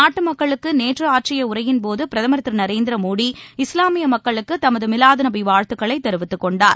நாட்டு மக்களுக்கு நேற்று ஆற்றிய உரையின்போது பிரதமர் திரு நரேந்திர மோடி இஸ்லாமிய மக்களுக்கு தமது மீலாது நபி வாழ்த்துக்களை தெரிவித்துக் கொண்டார்